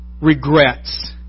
regrets